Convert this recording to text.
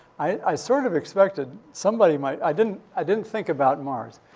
i i sort of expected somebody might. i didn't i didn't think about mars.